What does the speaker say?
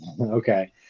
okay